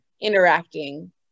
interacting